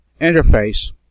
interface